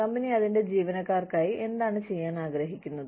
company അതിന്റെ ജീവനക്കാർക്കായി എന്താണ് ചെയ്യാൻ ആഗ്രഹിക്കുന്നത്